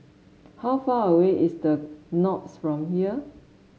how far away is The Knolls from here